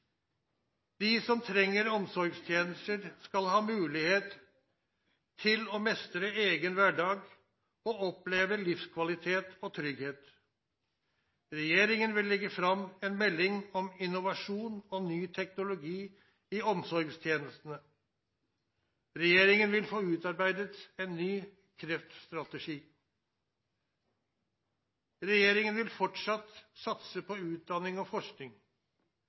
De som trenger omsorgstjenester, skal ha mulighet til å mestre egen hverdag og oppleve livskvalitet og trygghet. Regjeringen vil legge fram en melding om innovasjon og ny teknologi i omsorgstjenestene. Regjeringen vil få utarbeidet en ny kreftstrategi. Regjeringen vil fortsatt satse på utdanning og forskning.